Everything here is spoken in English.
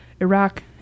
Iraq